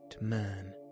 man